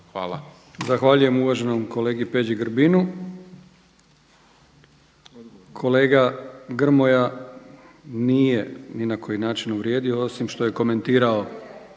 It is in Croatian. Hvala.